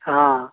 हाँ